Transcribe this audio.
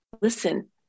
listen